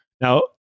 Now